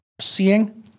seeing